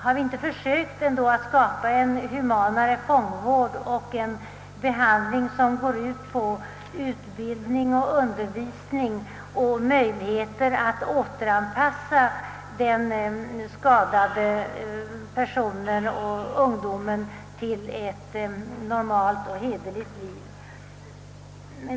Har vi inte försökt att skapa en humanare fångvård och en behandling som går ut på undervisning och utbildning, på möjligheter att återanpassa den skadade personen, de skadade ungdomarna, till ett normalt och hederligt liv?